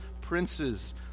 princes